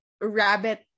rabbit